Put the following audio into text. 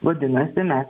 vadinasi mes